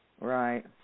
Right